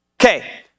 Okay